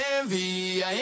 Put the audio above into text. envy